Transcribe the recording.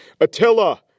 Attila